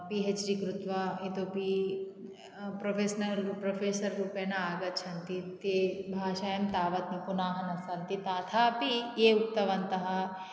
P H D कृत्वा इतोऽपि professional professor रूपेण आगच्छन्ति ते भाषायां तावत् निपुणाः न सन्ति तथापि ये उक्तवन्तः